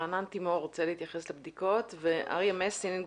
רענן תימור רוצה להתייחס לבדיקות וגם אריק מסינג.